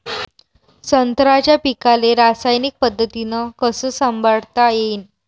संत्र्याच्या पीकाले रासायनिक पद्धतीनं कस संभाळता येईन?